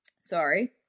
Sorry